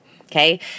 Okay